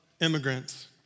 immigrants